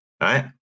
right